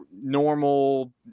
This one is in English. normal